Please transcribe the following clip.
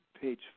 Page